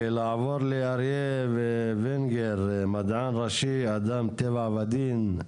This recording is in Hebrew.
נעבור לאריה ונגר, מדען ראשי, אדם טבע ודין.